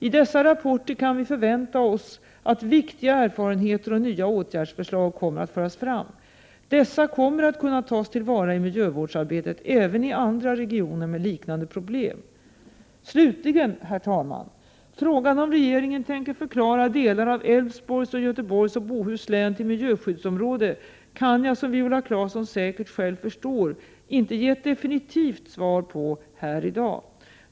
I dessa rapporter kan vi vänta oss att viktiga erfarenheter och nya åtgärdsförslag kommer att föras fram. Dessa kommer att kunna tas till vara i miljövårdsarbetet även i andra regioner med liknande problem. Slutligen, herr talman: Frågan om regeringen tänker förklara delar av Älvsborgs och Göteborgs och Bohus län till miljöskyddsområde kan jag, som Viola Claesson säkert själv förstår, inte ge ett definitivt svar på här i dag.